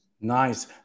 Nice